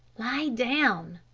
lie down.